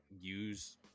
use